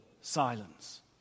silence